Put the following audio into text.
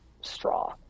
straw